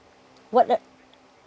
what what